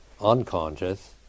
unconscious